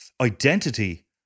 identity